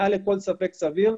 מעל לכל ספק סביר.